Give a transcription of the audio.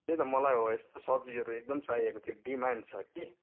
त्यही त मलाई हो यस्तो सब्जीहरू एकदम चाहिएको थियो डिमान्ड छ कि